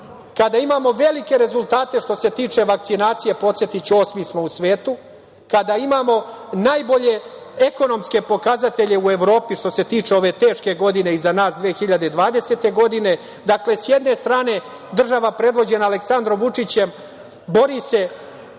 kada imamo velike rezultate što se tiče vakcinacije, podsetiću, osmi smo u svetu, kada imamo najbolje ekonomske pokazatelje u Evropi, što se tiče ove teške godine iz nas 2020. godine. Dakle, s jedne strane, država predvođena Aleksandrom Vučićem bori se